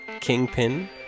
Kingpin